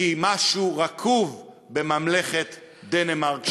כי משהו רקוב בממלכת דנמרק שלך.